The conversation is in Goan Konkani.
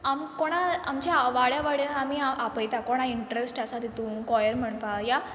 आम कोणा आमच्या आं वाड्या वाड्या आमी आ आपयता कोणा इंट्रस्ट आसा तितू कॉयर म्हणपा या